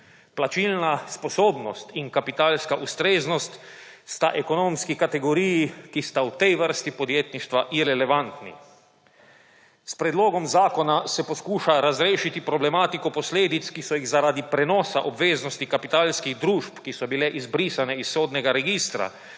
Plačilna sposobnost in kapitalska ustreznost sta ekonomski kategoriji, ki sta v tej vrsti podjetništva irelevantni. S predlogom zakona se poskuša razrešiti problematiko posledic, ki so jih zaradi prenosa obveznosti kapitalskih družb, ki so bile izbrisane iz sodnega registra